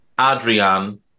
Adrian